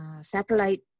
satellite